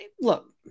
look